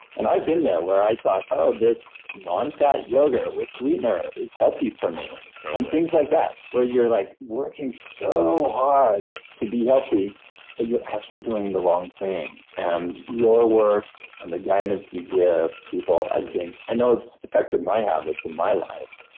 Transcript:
and i've been there where i thought, oh, this nonfat yogurt with sweetener is healthy for me and things like that where you're like working so hard to be healthy but you're actually doing the wrong thing and your work and the guidance you give people i think. i know it's affected my habits in my life.